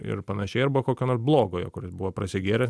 ir panašiai arba kokio nors blogojo kuris buvo prasigėręs